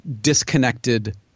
disconnected